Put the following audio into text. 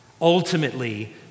Ultimately